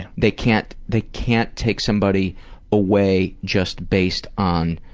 they can't they can't take somebody away just based on